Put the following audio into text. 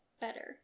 better